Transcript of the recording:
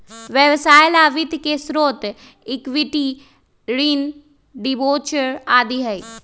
व्यवसाय ला वित्त के स्रोत इक्विटी, ऋण, डिबेंचर आदि हई